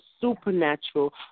supernatural